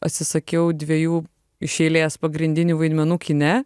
atsisakiau dviejų iš eilės pagrindinių vaidmenų kine